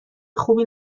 خوبی